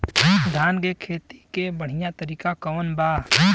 धान के खेती के बढ़ियां तरीका कवन बा?